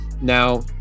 Now